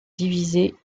divisées